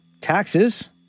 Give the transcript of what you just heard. taxes